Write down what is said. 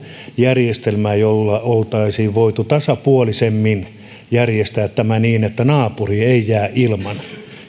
järjestelmään jolla oltaisiin voitu tasapuolisemmin järjestää tämä niin että naapuri ei jää ilman